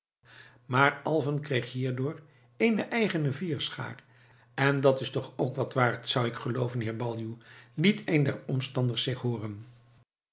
maar alfen kreeg hierdoor eene eigene vierschaar en dat is toch ook wat waard zou ik gelooven heer baljuw liet een der omstanders zich hooren